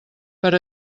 per